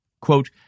Quote